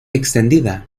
extendida